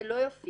זה לא יופיע.